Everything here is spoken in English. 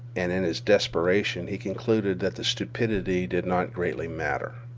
and in his desperation he concluded that the stupidity did not greatly matter.